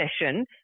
session